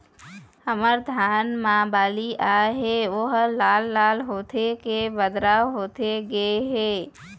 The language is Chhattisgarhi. हमर धान मे बाली आए हे ओहर लाल लाल होथे के बदरा होथे गे हे?